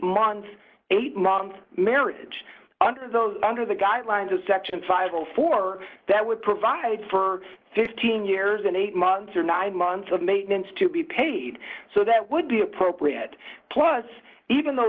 months eight month marriage under those under the guidelines of section five hundred and four that would provide for fifteen years and eight months or nine months of maintenance to be paid so that would be appropriate plus even though